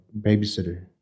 babysitter